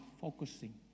focusing